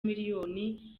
miliyoni